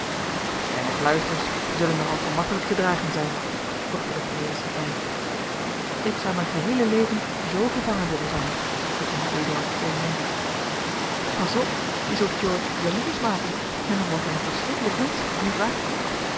zijne kluisters zullen nog al gemakkelijk te dragen zijn voegde de pleyes er bij ik zou mijn geheele leven z gevangen willen zijn bekende eduard volmondig pas op je zult george jaloersch maken en dan wordt hij een verschrikkelijk mensch niet waar